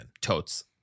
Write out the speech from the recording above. Totes